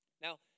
Now